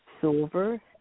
silver